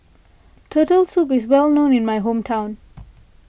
Turtle Soup is well known in my hometown